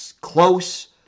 close